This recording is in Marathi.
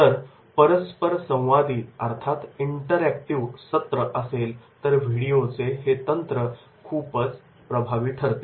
जर परस्परसंवादी इंटरॅक्टिव्ह सत्र असेल तर व्हिडिओचे हे तंत्र खूपच प्रभावी ठरते